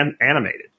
animated